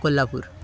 Kolhapur